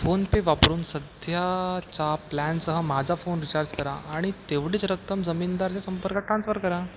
PhonePe वापरून सध्याच्या प्लॅनसह माझा फोन रिचार्ज करा आणि तेवढीच रक्कम जमीनदाराच्या संपर्कात ट्रान्स्फर करा